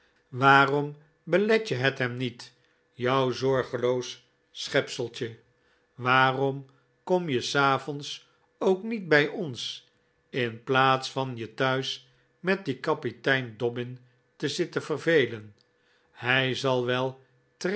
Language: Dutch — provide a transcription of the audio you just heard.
waarom belet je het hem niet jou zorgeloos schepseltje waarom kom je s avonds ook niet bij ons in plaats van je thuis met dien kapitein dobbin te zitten vervelen hij zal wel